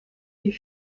die